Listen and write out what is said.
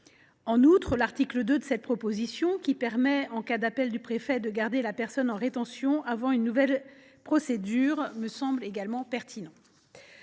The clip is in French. En outre, l’article 2 de ce texte permet, en cas d’appel du préfet, de garder la personne en rétention avant une nouvelle procédure, ce qui me semble pertinent.